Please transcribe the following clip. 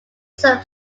serve